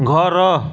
ଘର